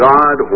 God